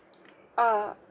uh